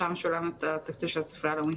שם משולם התקציב של הספרייה הלאומית.